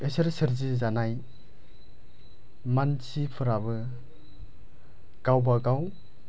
बिसोर सोरजि जानाय मानसिफोराबो गावबा गाव